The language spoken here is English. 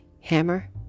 Hammer